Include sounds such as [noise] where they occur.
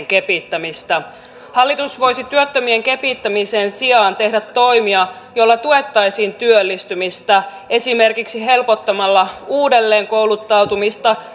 [unintelligible] kepittämistä hallitus voisi työttömien kepittämisen sijaan tehdä toimia joilla tuettaisiin työllistymistä esimerkiksi helpottamalla uudelleenkouluttautumista [unintelligible]